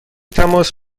تماس